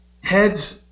Head's